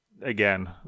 again